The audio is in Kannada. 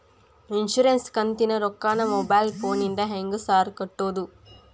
ಇನ್ಶೂರೆನ್ಸ್ ಕಂತಿನ ರೊಕ್ಕನಾ ಮೊಬೈಲ್ ಫೋನಿಂದ ಹೆಂಗ್ ಸಾರ್ ಕಟ್ಟದು?